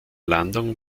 landung